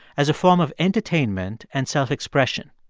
as a form of entertainment and self-expression.